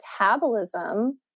metabolism